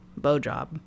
Bojob